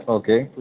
okay